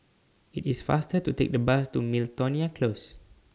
IT IS faster to Take The Bus to Miltonia Close